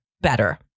better